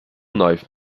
knife